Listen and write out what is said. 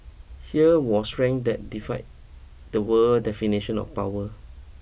here was strength that defied the world definition of power